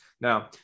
Now